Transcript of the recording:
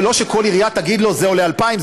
ולא כל עירייה תגיד לו: זה עולה 2,000,